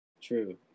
True